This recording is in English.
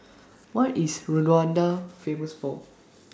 What IS Rwanda Famous For